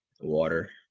water